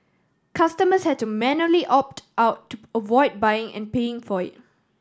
customers had to manually opt out to avoid buying and paying for it